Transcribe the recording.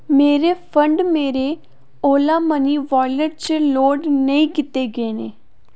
मेरे फंड मेरे ओला मनी वालेट च लोड नेईं कीते गे न